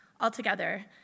Altogether